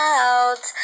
out